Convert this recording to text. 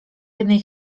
jednej